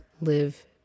live